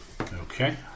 Okay